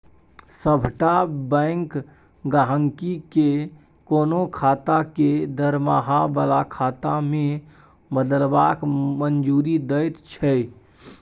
सभटा बैंक गहिंकी केँ कोनो खाता केँ दरमाहा बला खाता मे बदलबाक मंजूरी दैत छै